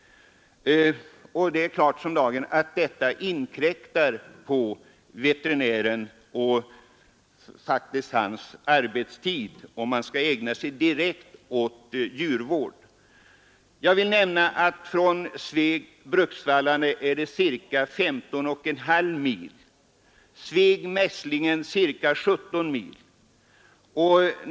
Det är klart som dagen att detta är arbetskrävande och kan inkräkta på veterinärens möjligheter att ägna sig åt den direkta djurvården. Från Sveg till Bruksvallarna är det ca 15,5 mil. Mellan Sveg och Mässlingen är det omkring 17 mil.